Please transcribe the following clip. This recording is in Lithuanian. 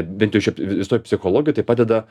bent jau šiaip visoj psichologijoj tai padeda